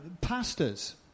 pastors